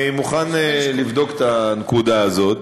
אני מוכן לבדוק את הנקודה הזאת.